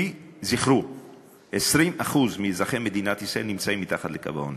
כי זכרו: 20% מאזרחי מדינת ישראל נמצאים מתחת לקו העוני.